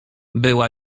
była